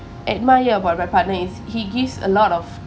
admire about my partner is he gives a lot of